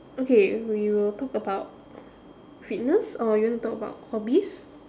okay we will talk about fitness or you want to talk about hobbies